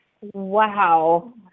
Wow